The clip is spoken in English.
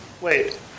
Wait